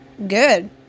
good